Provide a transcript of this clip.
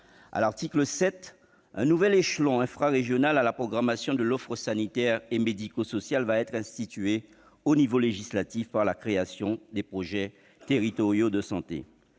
À l'article 7, un nouvel échelon infrarégional en matière de programmation de l'offre sanitaire et médico-sociale sera institué au niveau législatif par la création des projets territoriaux de santé.